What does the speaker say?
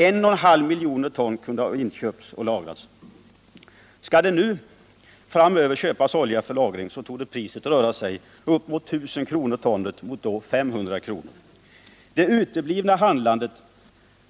I 1/2 miljoner ton kunde ha inköpts och lagrats. Skall det nu framöver köpas olja för lagring torde priset röra sig om uppemot 1000 kr. per ton, mot då 500 kr. per ton. Det uteblivna handlandet